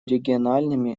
региональными